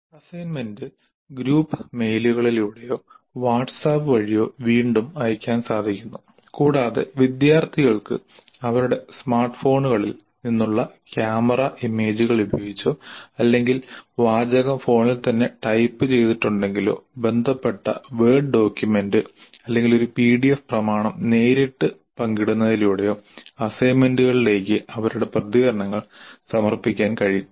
assignment group മെയിലുകളിലൂടെയോ WhatsApp വഴിയോ വീണ്ടും അയക്കാൻ സാധിക്കുന്നു കൂടാതെ വിദ്യാർത്ഥികൾക്ക് അവരുടെ സ്മാർട്ട്ഫോണുകളിൽ നിന്നുള്ള ക്യാമറ ഇമേജുകൾ ഉപയോഗിച്ചോ അല്ലെങ്കിൽ വാചകം ഫോണിൽ തന്നെ ടൈപ്പുചെയ്തിട്ടുണ്ടെങ്കിലോ ബന്ധപ്പെട്ട വേഡ് ഡോക്യുമെന്റ് അല്ലെങ്കിൽ ഒരു PDF പ്രമാണം നേരിട്ട് പങ്കിടുന്നതിലൂടെയോ അസൈൻമെന്റുകളിലേക്ക് അവരുടെ പ്രതികരണങ്ങൾ സമർപ്പിക്കാൻ കഴിയും